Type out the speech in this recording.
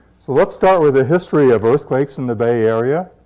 so let's start with a history of earthquakes in the bay area.